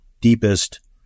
deepest